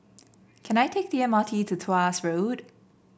can I take the M R T to Tuas Road